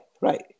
Right